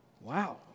Wow